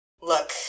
Look